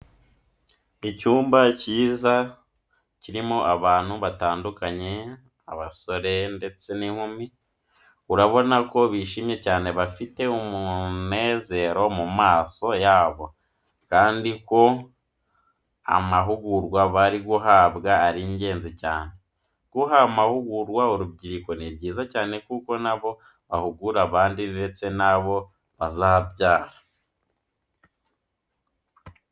Icyumba cyiza kirimo abantu batandukanye, abasore ndetse n'inkumi. Urabona ko bishimye cyane bafite umunezero mu maso yabo, kandi ko amahugurwa bari guhabwa ari ingenzi cyane. Guha amahugurwa urubyiruko ni byiza cyane kuko na bo bahugura abandi ndetse n'abo bazabyara.